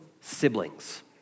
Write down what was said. Siblings